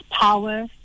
power